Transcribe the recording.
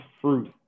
fruit